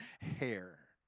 hair